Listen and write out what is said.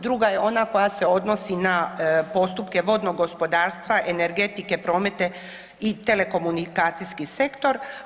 Druga je ona koja se odnosi na postupke vodnog gospodarstva, energetike, prometa i telekomunikacijski sektor.